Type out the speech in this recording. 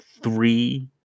three